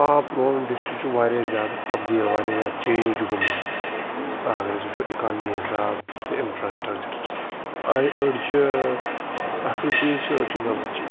آ پُلوامَہ ڈِسٹِرٛک چھُ واریاہ زیادٕ تبدیٖل واریاہ زیادٕ چینٛج گوٚمُت اَگر أسۍ وٕچھو اِکانمی حِساب تہِ تہٕ اِنفرٛاسٕٹرَکچَر أڑۍ چھِ اَصٕل چیٖز چھِ أڑۍ چھِ غلط چیٖز تہِ